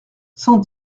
cent